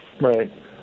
Right